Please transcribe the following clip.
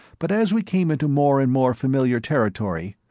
but as we came into more and more familiar territory,